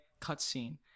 cutscene